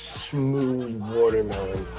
smooth and watermelon.